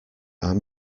are